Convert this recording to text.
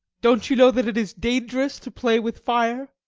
don't you know that it is dangerous to play with fire?